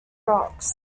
rocks